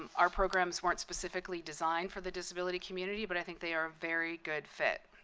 our programs weren't specifically designed for the disability community, but i think they are a very good fit.